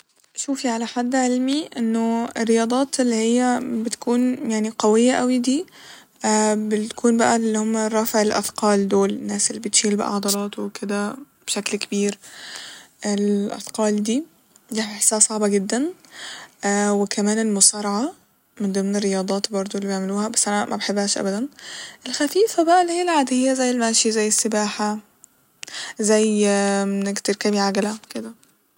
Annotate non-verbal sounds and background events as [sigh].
شوفي على حد علمي إنه [hesitation] الرياضات اللي هيا بتكون [hesitation] قوية أوي دي [hesitation] بتكون بقى الل هما رفع الأثقال دول ، ناس الل بتشيل بقى عضلات وكده بشكل كبير ، الأثقال دي دي هحسها صعبة جدا ، [hesitation] وكمان المصارعة من ضمن الرياضات برضه اللي بيعمولها بس أنا ما بحبهاش أبدا ، الخفيفة بقى اللي هي العادية زي المشي زي السباحة زي [hesitation] انك تركبي عجلة كده